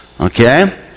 okay